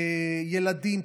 ילדים,